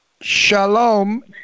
Shalom